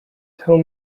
tell